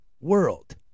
world